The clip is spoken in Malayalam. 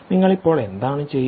നിങ്ങൾ ഇപ്പോൾ എന്താണ് ചെയുന്നത്